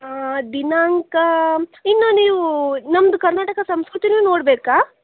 ದಿನಾಂಕ ಇನ್ನೂ ನೀವು ನಮ್ಮದು ಕರ್ನಾಟಕ ಸಂಸ್ಕೃತಿನೂ ನೋಡಬೇಕಾ